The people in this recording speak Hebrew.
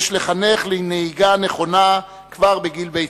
יש לחנך לנהיגה נכונה כבר בגיל בית-הספר.